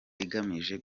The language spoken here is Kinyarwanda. igamije